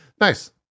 Nice